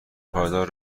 پایدار